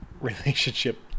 relationship